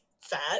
fat